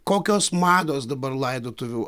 kokios mados dabar laidotuvių